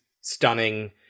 stunning